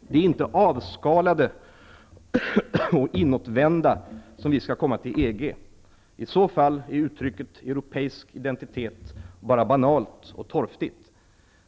Det är inte avskalade och inåtvända som vi skall komma till EG. I så fall är uttrycket europeisk identitet bara banalt och torftigt.